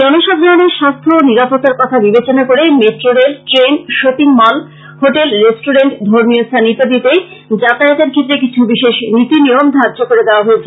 জনসাধারণের স্বাস্থ্য ও নিরাপত্তার কথা বিবেচনা করে metro rail train shopping mall hotel restaurant ধর্মীয় স্থান ইত্যাদিতে যাতায়াতের ক্ষেত্রে কিছু বিশেষ নীতিনিয়ম ধার্য করে দেওয়া হয়েছে